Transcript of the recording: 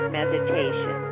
meditation